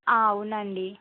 ఆ అవునండి